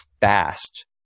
fast